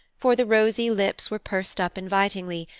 for the rosy lips were pursed up invitingly,